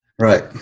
Right